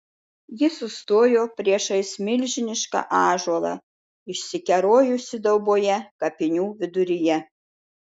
ji sustojo priešais milžinišką ąžuolą išsikerojusį dauboje kapinių viduryje